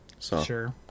Sure